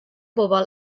bobol